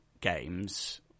games